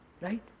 right